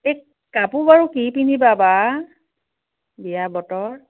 এই কাপোৰ বাৰু কি পিন্ধিবা বা বিয়াৰ বতৰ